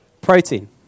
Protein